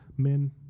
men